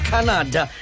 Canada